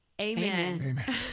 Amen